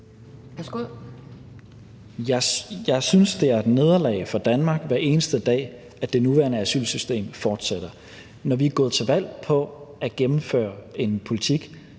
Jeg synes, det er et nederlag for Danmark, hver eneste dag det nuværende asylsystem fortsætter. Når vi er gået til valg på at gennemføre en politik,